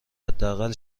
حداقل